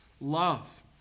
love